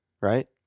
right